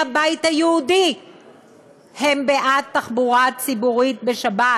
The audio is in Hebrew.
הבית היהודי הם בעד תחבורה ציבורית בשבת,